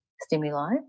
stimuli